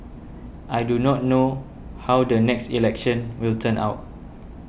I do not know how the next election will turn out